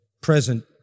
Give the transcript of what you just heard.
present